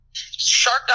Shark